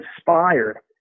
inspired